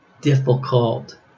difficult